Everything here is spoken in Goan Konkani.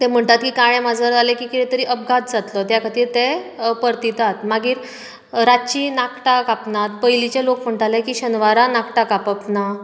ते म्हणटा की काळें माजर जालें की कितें तरी अपघात जातलो त्या खातीर ते परतितात मागीर रातचीं नाखटां कापनात पयलींचे लोक म्हणटालें की शेनवारा नाखटां कापप ना